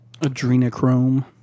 Adrenochrome